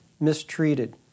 mistreated